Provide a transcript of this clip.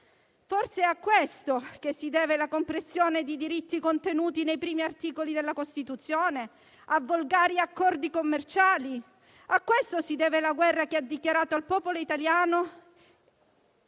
forse è a questo che si deve la compressione dei diritti contenuti nei primi articoli della Costituzione: a volgari accordi commerciali. A questo si deve la guerra che ha dichiarato al popolo italiano,